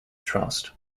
trust